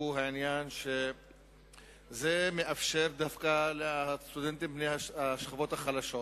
הוא העניין שזה מאפשר דווקא לסטודנטים בני השכבות החלשות